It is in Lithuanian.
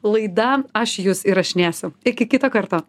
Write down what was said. laida aš jus įrašinėsiu iki kito karto